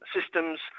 systems